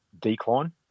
decline